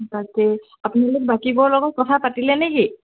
তাকে আপোনালোকে বাকীবোৰৰ লগত কথা পাতিলে নে কি